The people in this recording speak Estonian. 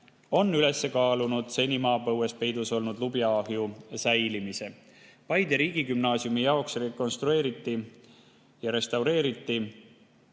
on üles kaalunud seni maapõues peidus olnud lubjaahju säilimise. Paide Riigigümnaasiumi jaoks rekonstrueeriti ja restaureeriti